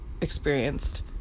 experienced